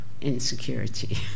insecurity